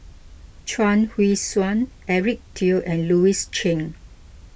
Chuang Hui Tsuan Eric Teo and Louis Chen